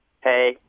Hey